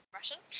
Russian